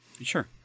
sure